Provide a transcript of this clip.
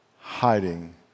hiding